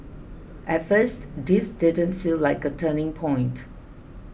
at first this didn't feel like a turning point